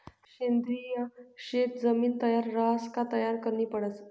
सेंद्रिय शेत जमीन तयार रहास का तयार करनी पडस